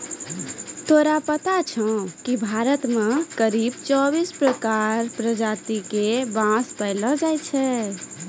तोरा पता छौं कि भारत मॅ करीब चौबीस प्रजाति के बांस पैलो जाय छै